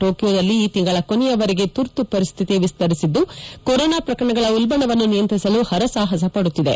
ಟೋಕಿಯೋದಲ್ಲಿ ಈ ತಿಂಗಳ ಕೊನೆಯವರೆಗೆ ತುರ್ತು ಪರಿಸ್ಥತಿ ವಿಸ್ತರಿಸಿದ್ದು ಕೊರೋನಾ ಪ್ರಕರಣಗಳ ಉಲ್ಲಣವನ್ನು ನಿಯಂತ್ರಿಸಲು ಹರಸಾಹಸ ಪಡುತ್ತಿದೆ